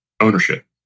Ownership